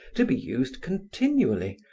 to be used continually,